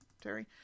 Terry